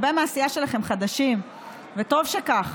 הרבה מהסיעה שלכם חדשים, וטוב שכך.